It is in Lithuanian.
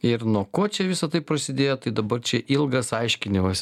ir nuo ko čia visa tai prasidėjo tai dabar čia ilgas aiškinimas